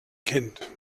kind